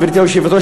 גברתי היושבת-ראש,